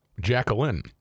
Jacqueline